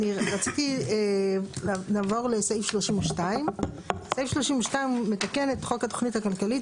אני רציתי לעבור לסעיף 32. סעיף 32 הוא מתקן את חוק התוכנית הכלכלית,